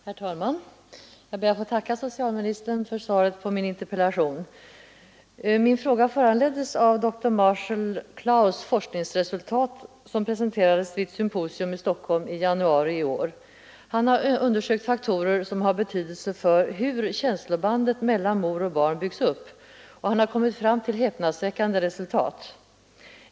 Herr talman! Jag ber att få tacka socialministern för svaret på min interpellation. Min fråga föranleddes av doktor Marshall H. Klaus” forskningsresultat som presenterades vid ett symposium i Göteborg i januari detta år. Han har undersökt faktorer som har betydelse för hur känslobandet mellan mor och barn byggs upp och kommit fram till häpnadsväckande resultat.